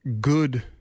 good